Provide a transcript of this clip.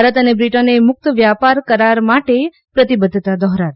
ભારત અને બ્રિટને મુક્ત વ્યાપાર કરાર માટે પ્રતિબધ્ધતા દોહરાવી